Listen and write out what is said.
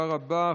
תודה רבה.